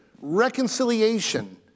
reconciliation